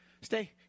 Stay